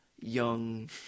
young